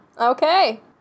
okay